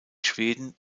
schweden